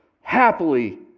Happily